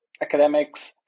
academics